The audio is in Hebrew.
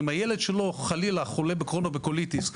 אם הילד שלו חלילה חולה בקרוהן או בקוליטיס,